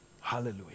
Hallelujah